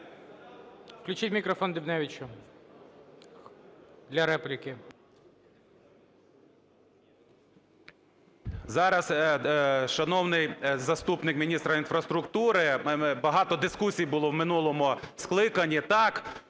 Включіть мікрофон Дубневичу для репліки.